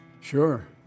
Sure